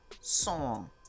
song